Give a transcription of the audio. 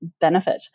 benefit